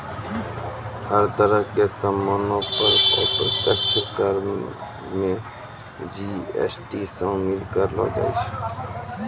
हर तरह के सामानो पर अप्रत्यक्ष कर मे जी.एस.टी शामिल करलो जाय छै